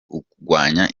kugwanya